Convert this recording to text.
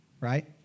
right